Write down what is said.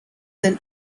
then